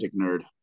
nerd